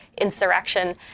insurrection